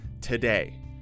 today